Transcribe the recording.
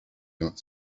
don’t